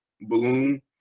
balloon